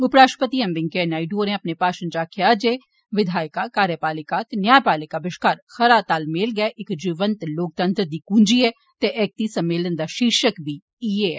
उपराश्ट्रपति एम वैंकेया नायडू होरें अपने भाषण च आक्खेआ जे विघायिका कार्यपालिका ते न्यायपालिका बश्कार खरा तालमेल गै इक जीवंत लोकतंत्र दी कुंजी ऐ ते ऐगती सम्मेलन दा र्शीर्षक बी इयै ऐ